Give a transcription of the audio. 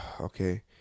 Okay